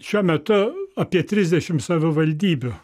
šiuo metu apie trisdešimt savivaldybių